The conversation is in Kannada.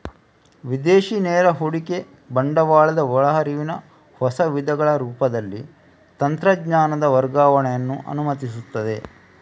ವಿದೇಶಿ ನೇರ ಹೂಡಿಕೆ ಬಂಡವಾಳದ ಒಳ ಹರಿವಿನ ಹೊಸ ವಿಧಗಳ ರೂಪದಲ್ಲಿ ತಂತ್ರಜ್ಞಾನದ ವರ್ಗಾವಣೆಯನ್ನ ಅನುಮತಿಸ್ತದೆ